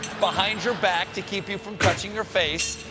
behind your back, to keep you from touching your face.